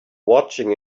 watching